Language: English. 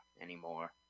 anymore